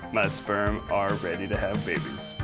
my sperm are ready to have babies. oh,